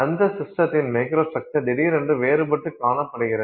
அந்த சிஸ்டத்தின் மைக்ரோஸ்ட்ரக்சர் திடீரென்று வேறுபட்டு காணப்படுகிறது